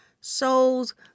souls